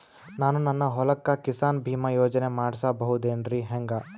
ನಾನು ನನ್ನ ಹೊಲಕ್ಕ ಕಿಸಾನ್ ಬೀಮಾ ಯೋಜನೆ ಮಾಡಸ ಬಹುದೇನರಿ ಹೆಂಗ?